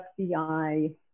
FBI